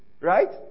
right